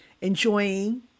enjoying